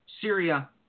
Syria